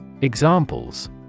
Examples